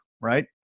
right